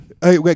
Hey